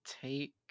take